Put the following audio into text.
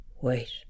Wait